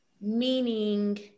meaning